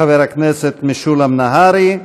חבר הכנסת משולם נהרי,